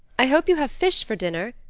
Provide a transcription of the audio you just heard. i hope you have fish for dinner,